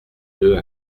deux